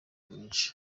menshi